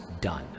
done